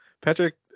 Patrick